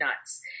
nuts